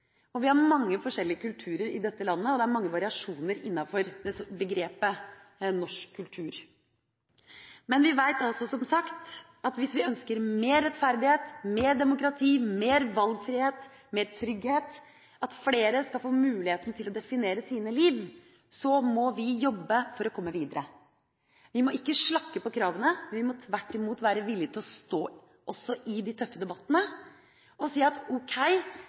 kultur. Vi har mange forskjellige kulturer i dette landet, og det er mange variasjoner innenfor begrepet norsk kultur. Men vi vet som sagt at hvis vi ønsker mer rettferdighet, mer demokrati, mer valgfrihet, mer trygghet, og at flere skal få muligheten til å definere sine liv, må vi jobbe for å komme videre. Vi må ikke slakke på kravene – vi må tvert imot være villig til å stå i de tøffe debattene og si: Ok, jeg forstår at